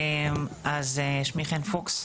אז שמי חן פוקס.